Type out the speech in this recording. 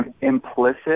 implicit